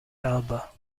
elba